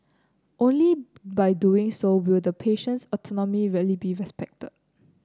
only by doing so will the patient's autonomy really be respected